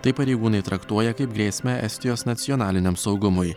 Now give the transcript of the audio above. tai pareigūnai traktuoja kaip grėsmę estijos nacionaliniam saugumui